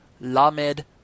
Lamed